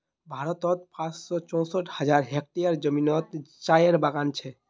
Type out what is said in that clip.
भारतोत पाँच सौ चौंसठ हज़ार हेक्टयर ज़मीनोत चायेर बगान छे